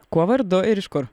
kuo vardu ir iš kur